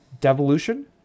devolution